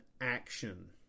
action